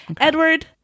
Edward